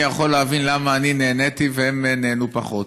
אני יכול להבין למה אני נהניתי והם נהנו פחות.